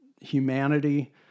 humanity